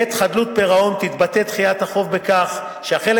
בעת חדלות פירעון תתבטא דחיית החוב בכך שהחלק